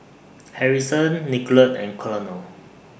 Harrison Nicolette and Colonel